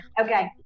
Okay